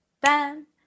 bam